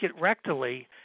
rectally